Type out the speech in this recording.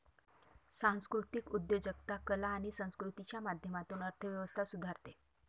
सांस्कृतिक उद्योजकता कला आणि संस्कृतीच्या माध्यमातून अर्थ व्यवस्था सुधारते